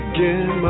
Again